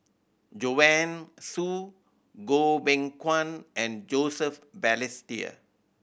Joanne Soo Goh Beng Kwan and Joseph Balestier